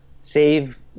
save